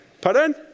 pardon